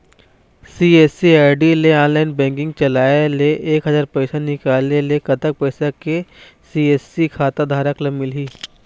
CSC ID ले online banking चलाए ले एक हजार पैसा निकाले ले कतक पैसा सी.एस.सी खाता धारक ला मिलही?